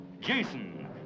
Jason